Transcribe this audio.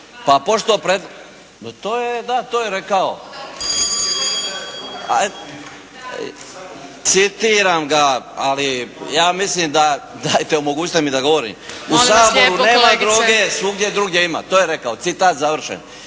ne čuje./… Da, to je rekao. Citiram ga. Ali ja mislim da, dajte omogućite mi da govorim. "U Saboru nema droge, svugdje drugdje ima." To je rekao. Citat završen.